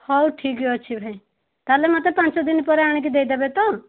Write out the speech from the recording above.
ହଉ ଠିକ୍ ଅଛି ଭାଇ ତା'ହେଲେ ମୋତେ ପାଞ୍ଚ ଦିନ ପରେ ଆଣି ଦେଇଦେବେ ତ